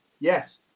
Yes